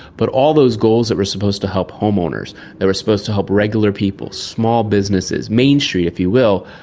but all those goals that were supposed to help homeowners, that were supposed to help regular people, small businesses, main street if you will,